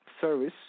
service